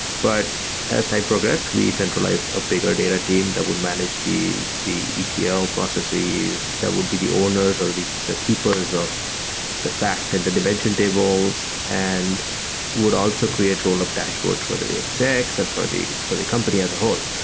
but as time progressed, we centralized a bigger data team that would manage the the etl processes that would be the owners or the the keepers of the fact and the dimension tables and would also create rule of dashboards for the the execs and for the for the company as a whole.